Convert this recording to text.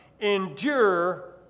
Endure